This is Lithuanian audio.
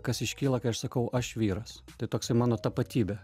kas iškyla kai aš sakau aš vyras tai toksai mano tapatybė